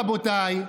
רבותיי,